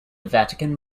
vatican